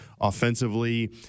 offensively